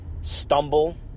stumble